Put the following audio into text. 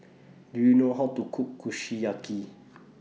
Do YOU know How to Cook Kushiyaki